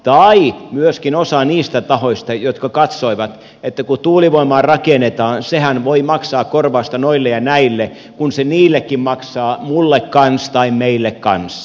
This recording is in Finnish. tai myöskin osa niistä tahoista katsoi että kun tuulivoimaa rakennetaan sehän voi maksaa korvausta noille ja näille kun se niillekin maksaa ja mulle kanssa tai meille kanssa